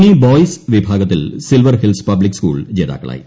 mini boys വിഭാഗത്തിൽ Silver Hills public school ജേതാക്കളായി